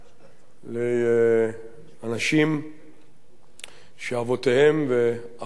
לאנשים שאבותיהם ואבות אבותיהם